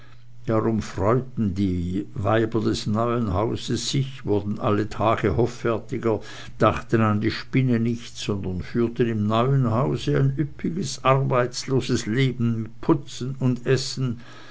darum freuten die weiber des neuen hauses sich wurden alle tage hoffärtiger dachten an die spinne nicht sondern führten im neuen hause ein üppiges arbeitsloses leben mit putzen und essen